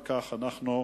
אם כך אנחנו,